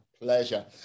Pleasure